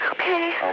Okay